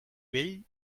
vell